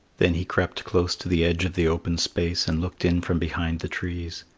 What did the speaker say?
then he crept close to the edge of the open space and looked in from behind the trees.